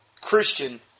Christian